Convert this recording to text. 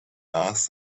asked